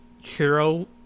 hero